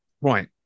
Right